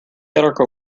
article